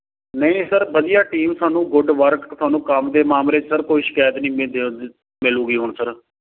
ਨਹੀਂ ਸਰ ਵਧੀਆ ਟੀਮ ਤੁਹਾਨੂੰ ਗੁੱਡ ਵਰਕ ਤੁਹਾਨੂੰ ਕੰਮ ਦੇ ਮਾਮਲੇ 'ਚ ਸਰ ਕੋਈ ਸ਼ਿਕਾਇਤ ਨਹੀਂ ਮਿਲੇਗੀ ਹੁਣ ਸਰ